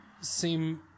seem